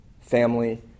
family